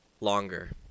longer